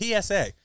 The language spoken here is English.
PSA